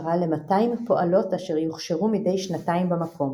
הכשרה למאתיים פועלות אשר יוכשרו מדי שנתיים במקום.